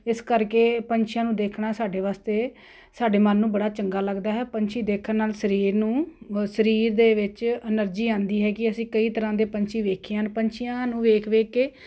ਇਸ ਕਰਕੇ ਪੰਛੀਆਂ ਨੂੰ ਦੇਖਣਾ ਸਾਡੇ ਵਾਸਤੇ ਸਾਡੇ ਮਨ ਨੂੰ ਬੜਾ ਚੰਗਾ ਲੱਗਦਾ ਹੈ ਪੰਛੀ ਦੇਖਣ ਨਾਲ ਸਰੀਰ ਨੂੰ ਸਰੀਰ ਦੇ ਵਿੱਚ ਐਨਰਜੀ ਆਉਂਦੀ ਹੈਗੀ ਅਸੀਂ ਕਈ ਤਰ੍ਹਾਂ ਦੇ ਪੰਛੀ ਵੇਖੇ ਹਨ ਪੰਛੀਆਂ ਨੂੰ ਵੇਖ ਵੇਖ ਕੇ